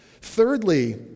Thirdly